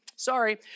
Sorry